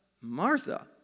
Martha